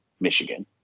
Michigan